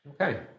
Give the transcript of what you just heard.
Okay